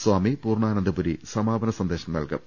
സ്വാമി പൂർണ്ണാനന്ദപുരി സമാപ്പന സ്ന്ദേശം നൽകും